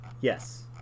Yes